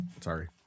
Sorry